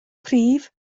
prif